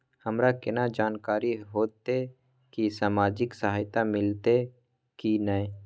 हमरा केना जानकारी होते की सामाजिक सहायता मिलते की नय?